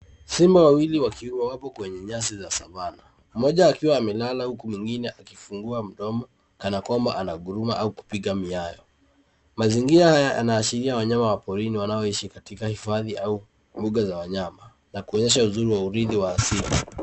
Simba wawili wakiwepo kwenye nyasi za Savannah. Mmoja akiwa amelala huku mwengine akifungua mdomo kana kwamba ananguruma au kupiga miayo. Mazingira haya yanaashiria wanyama wa porini wanaoishi katika hifadhi au mbuga za wanyama na kuonyesha uzuri wa asili.